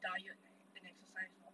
diet and exercise lor